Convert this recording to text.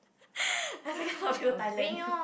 the second one we go Thailand